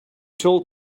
told